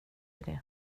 idé